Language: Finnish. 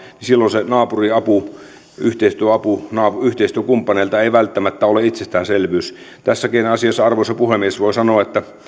silloin se naapurin apu yhteistyöapu yhteistyökumppaneilta ei välttämättä ole itsestäänselvyys tässäkin asiassa arvoisa puhemies voi sanoa että